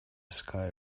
sky